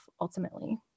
ultimately